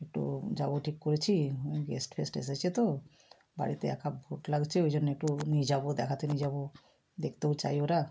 একটু যাবো ঠিক করেছি গেস্ট ফেস্ট এসেছে তো বাড়িতে একা বোর লাগছে ওই জন্য একটু নিয়ে যাবো দেখাতে নিয়ে যাবো দেখতেও চায় ওরা